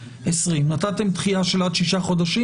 סעיף 20. נתתם דחייה של עד שישה חודשים,